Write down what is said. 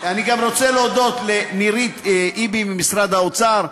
אני גם רוצה להודות לנירית איבי ממשרד האוצר,